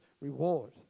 reward